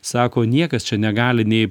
sako niekas čia negali nei